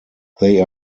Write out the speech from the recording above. they